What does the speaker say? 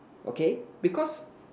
okay because